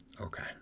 Okay